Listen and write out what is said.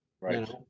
right